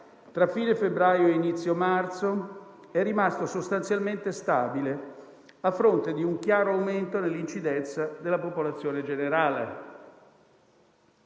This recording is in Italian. tra fine febbraio e inizio marzo è rimasto sostanzialmente stabile, a fronte di un chiaro aumento dell'incidenza nella popolazione generale.